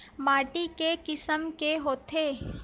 माटी के किसम के होथे?